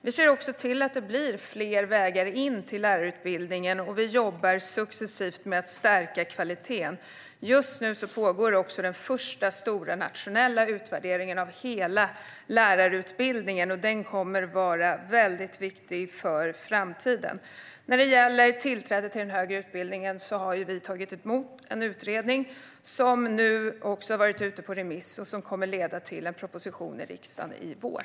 Vi ser också till att det blir fler vägar in till lärarutbildningen, och vi jobbar successivt med att stärka kvaliteten. Just nu pågår också den första stora nationella utvärderingen av hela lärarutbildningen. Den kommer att vara väldigt viktig för framtiden. När det gäller tillträdet till den högre utbildningen har vi tagit emot en utredning som nu har varit ute på remiss och som kommer att leda till en proposition i riksdagen i vår.